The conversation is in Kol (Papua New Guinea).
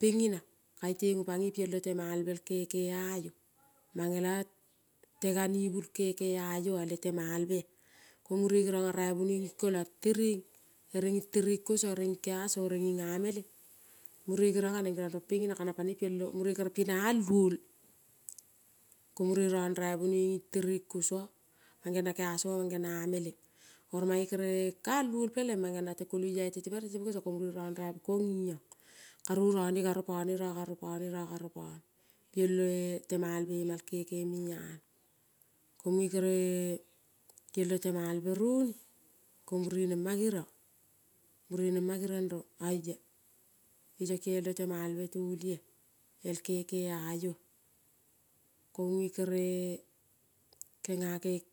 pengina kai tengo pangoi pialo temalve el keke aio. Mangek tenganivul keke aioa. Le temalvea. Ko mure gerionga raivonoi ging kolang tereng ere nging ameleng. Mure geriong aneng gerang rong pengina kanang panoi pialo mure kere pi na al luol ko mure rang raivonoi nging tereng kosa, mangeong na keaso, mang geong na ameleng oro mae kere ka al luol peleng mang geong nate koloiai tetepe ere tetepe kosa ko munge rangraive kong nging giong. Karu rone garo pane, ra garo pane, ra garo pone piele temalve ina kekemea. Ko mue kere giempel temalve roni ko mure nema geriang, mure nema geriang rong aia piso kie le temalve talia el keke awa kange kere kenga kek